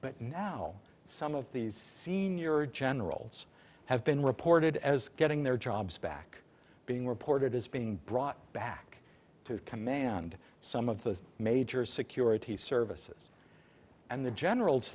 but now some of these senior generals have been reported as getting their jobs back being reported as being brought back to command some of the major security services and the generals